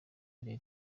bya